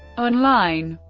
online